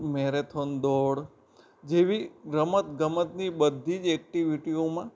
marathon દોડ જેવી રમતગમતની બધી જ એક્ટિવિટીઓમાં